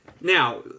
Now